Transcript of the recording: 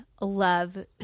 love